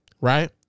right